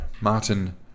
Martin